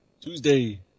Tuesday